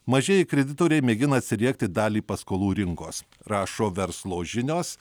mažieji kreditoriai mėgina atsiriekti dalį paskolų rinkos rašo verslo žinios